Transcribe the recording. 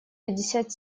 пятьдесят